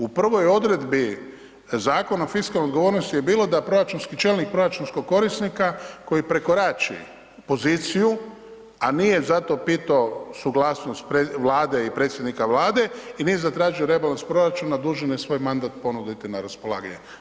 U prvoj odredbi Zakona o fiskalnoj odgovornosti je bilo da proračunski čelnik proračunskog korisnika koji prekorači poziciju, a nije za to pitao suglasnost Vlade i predsjednika Vlade i nije zatražio rebalans proračuna, dužan je svoj mandat ponuditi na raspolaganje.